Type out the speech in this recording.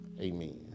Amen